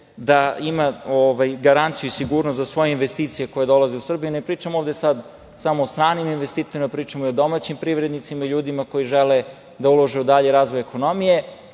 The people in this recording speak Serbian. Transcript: da ima garanciju i sigurnost za svoje investicije koje dolaze u Srbiju. Ne pričam ovde sad samo o stranim investitorima, pričamo i o domaćim privrednicima i ljudima koji žele da ulože u dalji razvoj ekonomije.